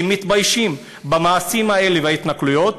אם מתביישים במעשים האלה ובהתנכלויות,